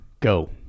Go